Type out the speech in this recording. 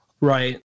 Right